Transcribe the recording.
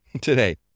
today